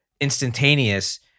instantaneous